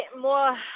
more